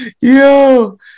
Yo